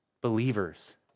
believers